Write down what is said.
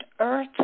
Earth